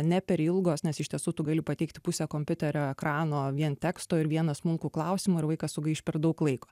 ne per ilgos nes iš tiesų tu gali pateikti pusę kompiuterio ekrano vien teksto ir vieną smulkų klausimą ir vaikas sugaiš per daug laiko